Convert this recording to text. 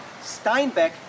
Steinbeck